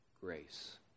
grace